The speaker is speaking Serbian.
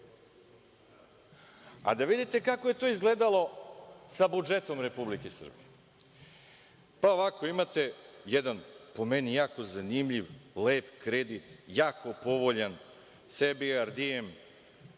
a da vidite kako je to izgledalo sa budžetom Republike Srbije. Imate jedan, po meni, jako zanimljiv lep kredit, jako povoljan sa EBRD,